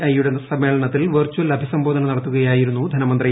I യുടെ സമ്മേളനത്തിൽ virtual അഭിസംബോധന നടത്തുകയായിരുന്നു ധനമന്ത്രി